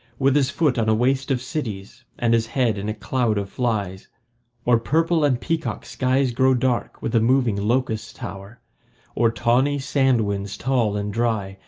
with his foot on a waste of cities and his head in a cloud of flies or purple and peacock skies grow dark with a moving locust-tower or tawny sand-winds tall and dry,